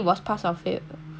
so it wasn't graded